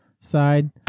side